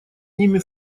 ними